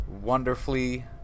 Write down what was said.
wonderfully